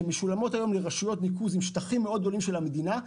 שמושלמות היום לרשויות ניקוז עם שטחים מאוד גדולים של המדינה,